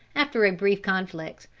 after a brief conflict,